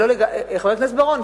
חבר הכנסת בר-און,